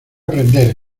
prender